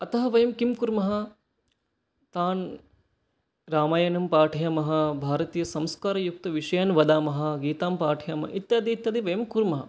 अतः वयं किं कुर्मः तान् रामायणं पाठयामः भारतीयसंस्कारयुक्तं विषयान् वदामः गीतां पाठयामः इत्यादि वयं कुर्मः